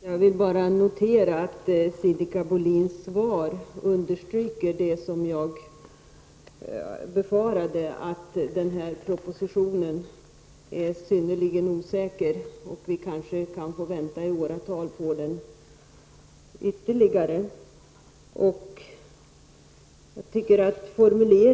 Herr talman! Jag noterar att Sinikka Bohlins svar understryker det som jag befarade, nämligen att det är synnerligen osäkert när en proposition kan komma. Vi får kanske vänta ytterligare några år på denna proposition.